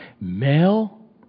Male